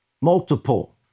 Multiple